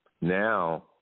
Now